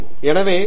பேராசிரியர் ஜி